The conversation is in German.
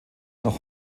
noch